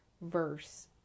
verse